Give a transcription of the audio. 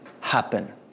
happen